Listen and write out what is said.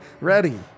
Ready